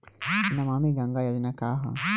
नमामि गंगा योजना का ह?